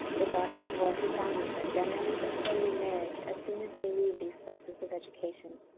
the daughters of wealthy families are generally bestowed in marriage as soon as they leave these places of education.